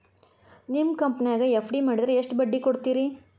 ನಿಮ್ಮ ಕಂಪನ್ಯಾಗ ಎಫ್.ಡಿ ಮಾಡಿದ್ರ ಎಷ್ಟು ಬಡ್ಡಿ ಕೊಡ್ತೇರಿ?